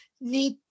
need